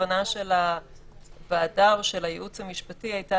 הכוונה של הוועדה או של הייעוץ המשפטי היתה